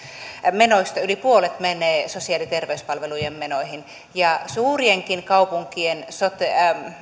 menoista yli puolet menee sosiaali ja terveyspalvelujen menoihin suurienkin kaupunkien sote